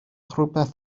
rhywbeth